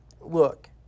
look